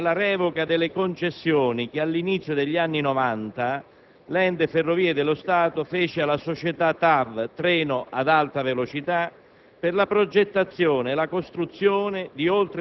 La questione giuridica è da inquadrare nella revoca delle concessioni che all'inizio degli anni '90 l'ente Ferrovie dello Stato fece alla società TAV (Treno ad alta velocità)